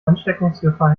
ansteckungsgefahr